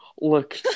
Look